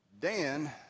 Dan